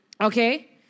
Okay